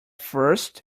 first